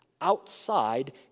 outside